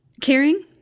caring